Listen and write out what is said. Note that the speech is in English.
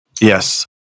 Yes